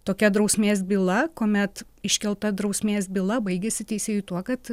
tokia drausmės byla kuomet iškelta drausmės byla baigiasi teisėjui tuo kad